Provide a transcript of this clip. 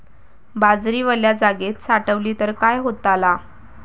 बाजरी वल्या जागेत साठवली तर काय होताला?